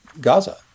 Gaza